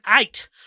eight